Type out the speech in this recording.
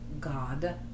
God